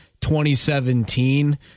2017